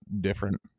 different